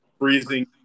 Freezing